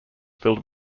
filled